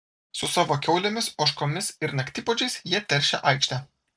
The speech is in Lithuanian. su savo kiaulėmis ožkomis ir naktipuodžiais jie teršia aikštę